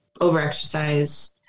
over-exercise